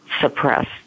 suppressed